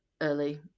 early